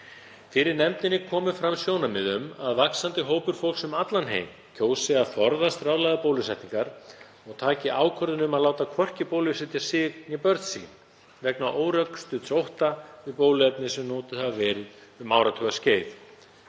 Fyrir nefndinni komu fram sjónarmið um að vaxandi hópur fólks um allan heim kjósi að forðast ráðlagðar bólusetningar og taki ákvörðun um að láta hvorki bólusetja sig né börn sín vegna órökstudds ótta við bóluefni sem notuð hafa verið um áratugaskeið.